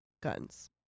guns